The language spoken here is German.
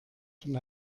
den